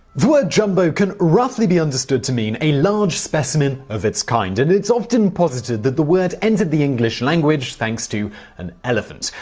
the word jumbo can roughly be understood to mean a large specimen of its kind and it's often posited that the word entered the english language thanks to an elephant.